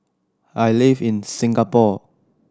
I live in Singapore